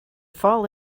fall